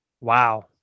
Wow